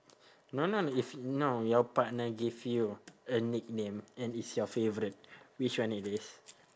no no if y~ no your partner gave you a nickname and it's your favourite which one it is